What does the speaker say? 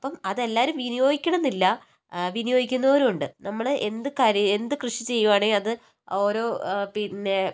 അപ്പം അതെല്ലാരും വിനിയോഗിക്കണം എന്നില്ല വിനിയോഗിക്കുന്നവരുമുണ്ട് നമ്മള് എന്ത് കാര്യ എന്ത് കൃഷി ചെയ്യുവാണെൽ അത് ഓരോ പിന്നെ